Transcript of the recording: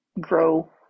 grow